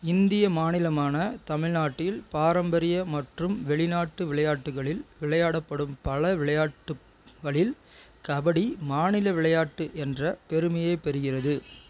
இந்திய மாநிலமான தமிழ்நாட்டில் பாரம்பரிய மற்றும் வெளிநாட்டு விளையாட்டுகளில் விளையாடப்படும் பல விளையாட்டுகளில் கபடி மாநில விளையாட்டு என்ற பெருமையைப் பெறுகிறது